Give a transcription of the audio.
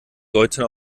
deuten